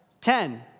ten